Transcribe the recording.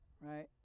right